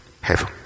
Heaven